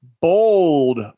bold